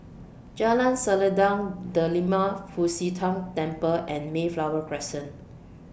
Jalan Selendang Delima Fu Xi Tang Temple and Mayflower Crescent